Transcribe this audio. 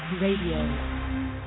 Radio